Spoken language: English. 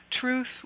Truth